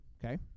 Okay